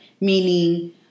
meaning